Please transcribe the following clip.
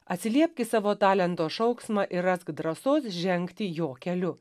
atsiliepk į savo talento šauksmą ir rask drąsos žengti jo keliu